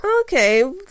okay